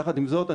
יחד עם זאת,